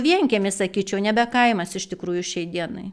vienkiemis sakyčiau nebe kaimas iš tikrųjų šiai dienai